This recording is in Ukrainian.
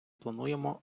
плануємо